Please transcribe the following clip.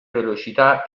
velocità